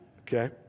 Okay